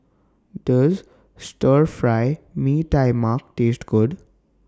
Does Stir Fry Mee Tai Mak Taste Good